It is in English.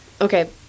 okay